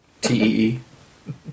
T-E-E